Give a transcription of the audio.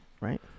right